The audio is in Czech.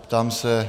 Ptám se...